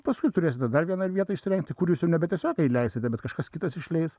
paskui turėsite dar vieną vietą įsirenkti kur jūs nebe tiesiogiai leisite bet kažkas kitas išleis